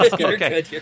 Okay